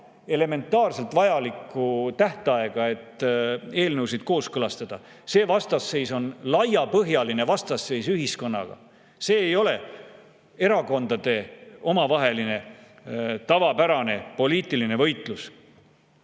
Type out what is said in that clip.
elementaarselt vajalikku tähtaega, et eelnõusid kooskõlastada. See vastasseis on laiapõhjaline vastasseis ühiskonnaga. See ei ole erakondade omavaheline tavapärane poliitiline võitlus.